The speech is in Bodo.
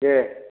दे